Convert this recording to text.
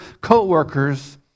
co-workers